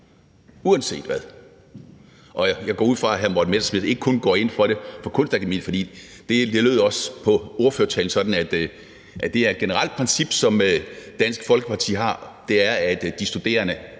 uanset hvad. Jeg går ud fra, at hr. Morten Messerschmidt ikke kun går ind for det på Kunstakademiet, for det lød sådan på ordførertalen, at det er et generelt princip, som Dansk Folkeparti har, nemlig at de studerende